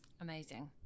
amazing